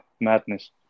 madness